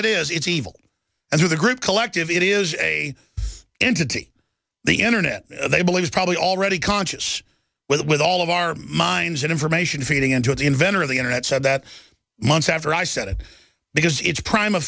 it is it's evil and who the group collective it is a entity the internet they believe is probably already conscious with all of our minds and information feeding into it the inventor of the internet said that months after i said it because it's prime